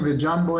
ג'מבו